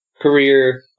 career